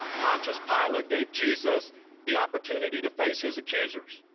pontius pilate gave jesus the opportunity to face his accusers.